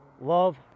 Love